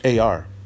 ar